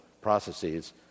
processes